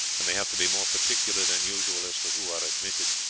and they have to be more particular than usual as to who are admitted.